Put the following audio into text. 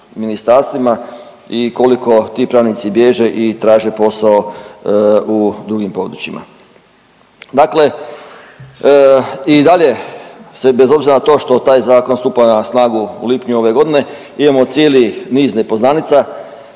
ministarstvima i koliko ti pravnici bježe i traže posao u drugim područjima. Dakle, i dalje se bez obzira na to što taj zakon stupa na snagu u lipnju ove godine imamo cijeli niz nepoznanica,